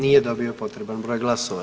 Nije dobio potreban broj glasova.